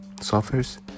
suffers